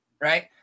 Right